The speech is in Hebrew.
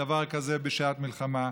דבר כזה בשעת מלחמה,